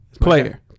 Player